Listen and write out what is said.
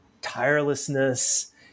tirelessness